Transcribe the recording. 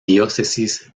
diócesis